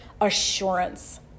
assurance